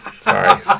Sorry